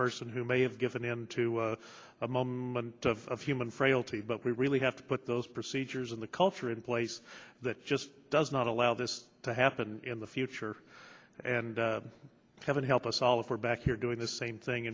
person who may have given him to a moment of human frailty but we really have to put those procedures in the culture in place that just does not allow this to happen in the future and heaven help us all if we're back here doing the same thing